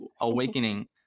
awakening